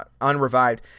unrevived